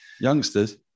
Youngsters